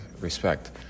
respect